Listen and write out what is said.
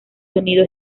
sonido